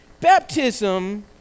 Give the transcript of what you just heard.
Baptism